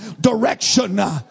direction